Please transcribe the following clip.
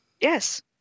Yes